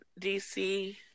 dc